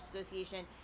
association